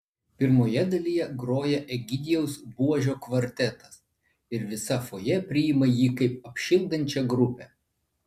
pirmoje dalyje groja egidijaus buožio kvartetas ir visa fojė priima jį kaip apšildančią grupę